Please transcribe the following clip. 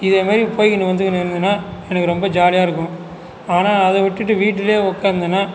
இதேமாரி போயிகின்னு வந்துக்கின்னு இருந்தேன்னா எனக்கு ரொம்ப ஜாலியாருக்கும் ஆனா அதை விட்டுகிட்டு வீட்டுலேயே உட்காந்தேன்னா